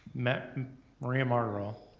met maria marrero,